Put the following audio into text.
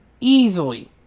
Easily